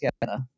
together